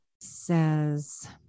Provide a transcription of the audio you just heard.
says